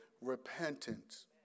repentance